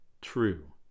true